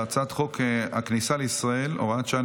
על הצעת חוק הכניסה לישראל (הוראת שעה,